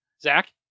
zach